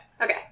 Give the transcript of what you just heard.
Okay